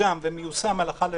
מתורגם ומיושם הלכה למעשה,